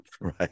Right